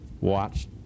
watch